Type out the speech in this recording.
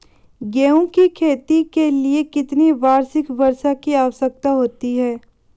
गेहूँ की खेती के लिए कितनी वार्षिक वर्षा की आवश्यकता होती है?